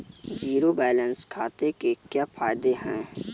Zero balance खाते के क्या फायदे हैं?